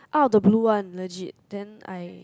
out of the blue one legit then I